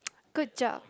good job